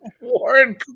Warren